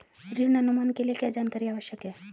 ऋण अनुमान के लिए क्या जानकारी आवश्यक है?